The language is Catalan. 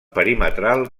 perimetral